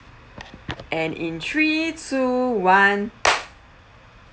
and in three two one